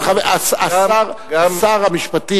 אבל שר המשפטים,